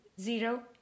Zero